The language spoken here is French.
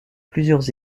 plusieurs